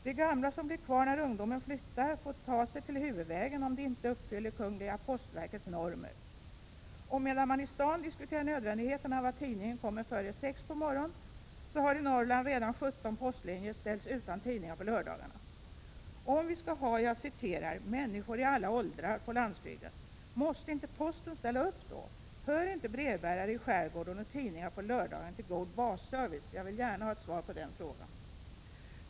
De gamla som blir kvar när ungdomen flyttar får ta sig till huvudvägen om de inte uppfyller kungliga postverkets normer. Och medan man i staden diskuterar nödvändigheten av att tidningen kommer före kl. 6 på morgonen, har i Norrland redan 17 postlinjer ställts utan tidning på lördagarna. Om vi skall ha ”människor i alla åldrar” på landsbygden — måste då inte posten ställa upp? Hör inte brevbärare i skärgården och tidningar på lördagarna till god basservice? Jag vill gärna ha svar på den frågan.